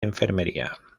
enfermería